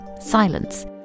silence